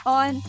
on